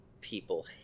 people